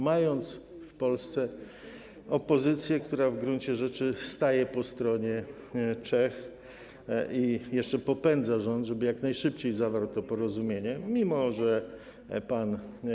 Mamy w Polsce opozycję, która w gruncie rzeczy staje po stronie Czech i jeszcze popędza rząd, żeby jak najszybciej zawarł to porozumienie, mimo że pan